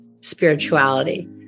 spirituality